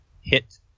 hit